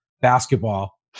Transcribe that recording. basketball